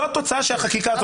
זו התוצאה שהחקיקה הזאת עושה.